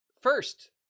first